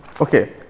Okay